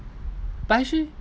but actually